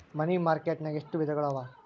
ಮನಿ market ನ್ಯಾಗ್ ಎಷ್ಟವಿಧಗಳು ಅವ?